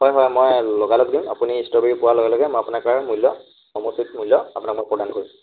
হয় হয় মই লগা লগ দিম আপুনি ষ্ট্ৰবেৰী পোৱাৰ লগে লগে মই আপোনাক মই মূল্য উচিত মূল্য আপোনাক মই প্ৰদান কৰিম